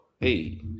Hey